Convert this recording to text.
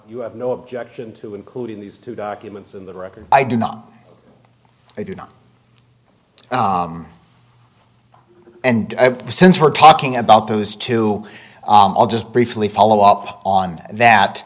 you have no objection to including these two documents in the record i do not i do not and since we're talking about those two i'll just briefly follow up on